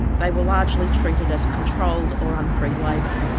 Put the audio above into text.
they were largely treated as controlled or unfree labour,